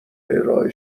ارائه